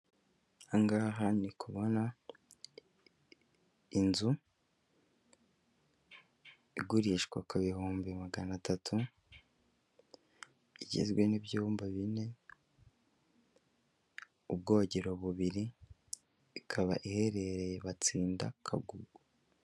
Ahangaha ndi kubona inzu igurishwa ku bihumbi maganatatu igizwe n'ibyumba bine ubwogero bubiri ikaba iherereye batsinda kagugu.